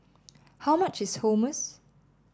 how much is Hummus